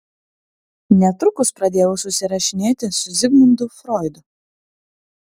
netrukus pradėjau susirašinėti su zigmundu froidu